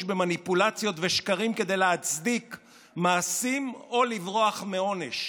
במניפולציות ושקרים כדי להצדיק מעשים או לברוח מעונש